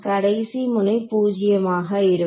கடைசி முனை பூஜ்யமாக இருக்கும்